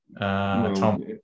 Tom